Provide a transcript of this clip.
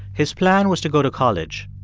his plan was to go to college.